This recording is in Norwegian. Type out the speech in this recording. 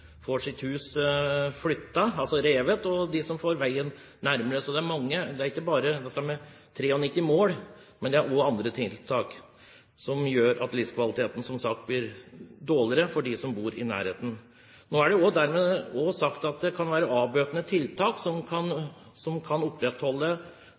får veien nærmere – så det er mange. Det gjelder ikke bare dette med 93 mål. Det er også andre tiltak som gjør at livskvaliteten, som sagt, blir dårligere for dem som bor i nærheten. Nå er det også sagt at det kan være avbøtende tiltak som kan